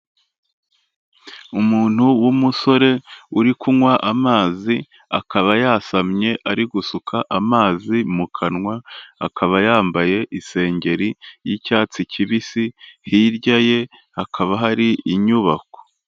Umuntu w'umusore uri kunywa amazi, akaba yasamye ari gusuka amazi mu kanwa, akaba yambaye isengeri y'icyatsi kibisi, hirya ye hakaba hari inyubako.